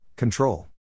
Control